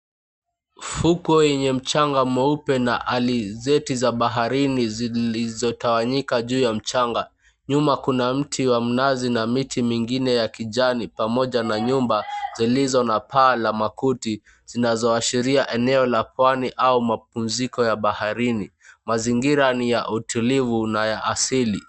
Fuko yenye mchanga mweupe na alizeti za baharini zilizotawanyika juu ya mchanga. Nyuma kuna mti wa mnazi na miti mingine ya kijani pamoja na nyumba zilizo na paa la makuti zinazoashiria eneo la Pwani au mapumziko ya baharini. Mazingira ni ya utulivu na ya asili.